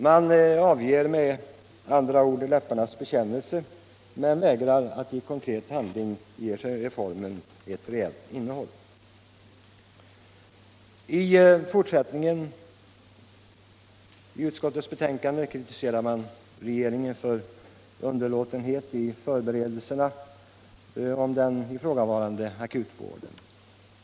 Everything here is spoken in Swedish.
Man avger med andra ord en läpparnas bekännelse men vägrar att i konkret handling ge reformen ett reellt innehåll. I fortsättningen av utskottets betänkande kritiseras regeringen för underlåtenhet i förberedelserna av den ifrågavarande akutvården.